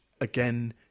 again